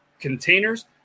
containers